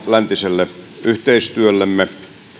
läntiselle yhteistyöllemme